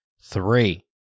three